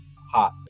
hot